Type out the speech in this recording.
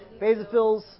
basophils